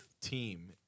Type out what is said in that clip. team